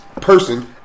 person